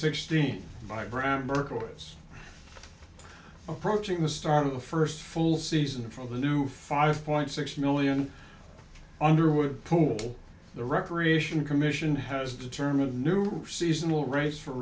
murderess approaching the start of the first full season for the new five point six million underwood pool the recreation commission has determined new seasonal race for